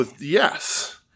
Yes